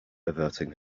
averting